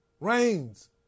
Rains